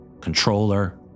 controller